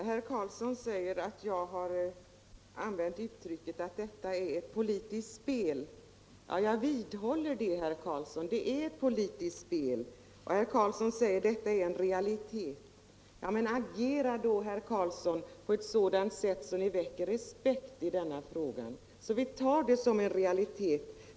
Herr talman! Herr Carlsson i Vikmanshyttan anmärkte på att jag använde uttrycket ett politiskt spel. Ja, jag vidhåller att detta är ett politiskt spel. Vidare sade herr Carlsson att detta är en realitet. Ja, men agera då på sådant sätt, herr Carlsson, att ni väcker respekt i denna fråga och så att vi tar det som en realitet!